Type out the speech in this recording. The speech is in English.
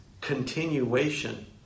continuation